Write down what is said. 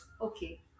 okay